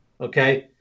Okay